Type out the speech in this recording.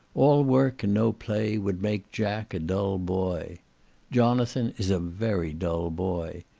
all work and no play would make jack a dull boy jonathan is a very dull boy.